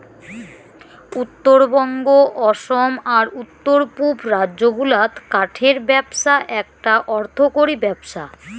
উত্তরবঙ্গ, অসম আর উত্তর পুব রাজ্য গুলাত কাঠের ব্যপছা এ্যাকটা অর্থকরী ব্যপছা